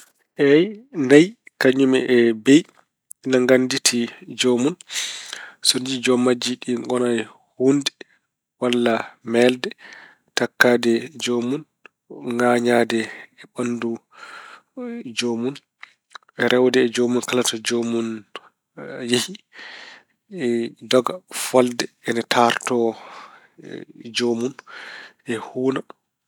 Eey, nayi kañum e beyi ine ngannditi joomun. So ɗi njiyi jom majji ɗi ngona e huunde walla meelde, takkaade joomun, ŋañaade e ɓanndu joomun. Rewde e joomun kala to joomun yehi, doga, folde ena taarto joomun, e huuna.